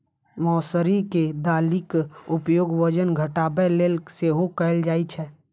मौसरी के दालिक उपयोग वजन घटाबै लेल सेहो कैल जाइ छै